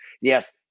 yes